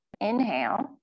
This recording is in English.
inhale